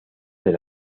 del